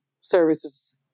services